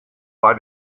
bei